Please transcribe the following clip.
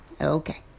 okay